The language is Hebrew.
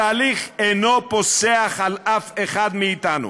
התהליך אינו פוסח על אף אחד מאתנו.